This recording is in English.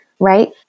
Right